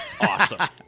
awesome